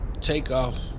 Takeoff